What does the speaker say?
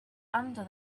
under